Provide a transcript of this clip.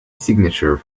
signature